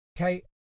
Okay